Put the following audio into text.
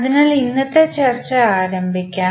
അതിനാൽ ഇന്നത്തെ ചർച്ച ആരംഭിക്കാം